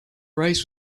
race